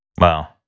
wow